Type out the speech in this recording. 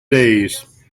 days